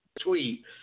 tweet